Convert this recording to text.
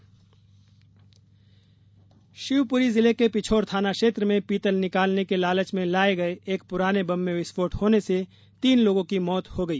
दुर्घटना शिवपुरी जिले के पिछोर थाना क्षेत्र में पीतल निकालने के लालच में लाए गए एक पुराने बम में विस्फोट होने से तीन लोगों की मौत हो गई